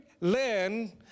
learn